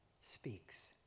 speaks